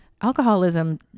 Alcoholism